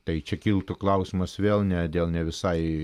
tai čia kiltų klausimas vėl ne dėl ne visai